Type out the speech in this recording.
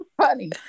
funny